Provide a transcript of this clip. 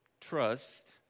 trust